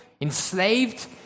enslaved